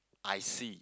I see